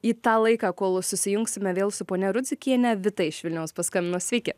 į tą laiką kol susijungsime vėl su ponia rudzikienė vita iš vilniaus paskambino sveiki